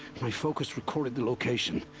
my focus recorded the location.